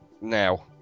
now